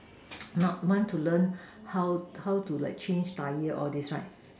not want to learn how how do like change Tyre all this time